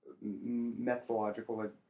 methodological